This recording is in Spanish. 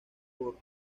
por